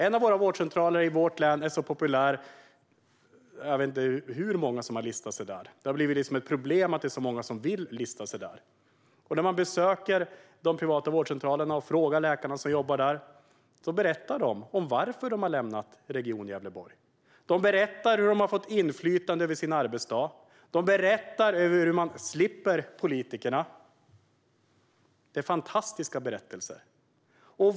En av vårdcentralerna i mitt län är så populär att jag inte vet hur många som har listat sig där. Det har blivit ett problem att så många vill lista sig där. När man besöker de privata vårdcentralerna berättar läkarna som jobbar där varför de har lämnat Region Gävleborg, och de berättar hur de har fått inflytande över sin arbetsdag. De berättar hur de slipper politikerna. Det är fantastiska berättelser.